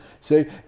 say